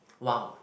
!wow!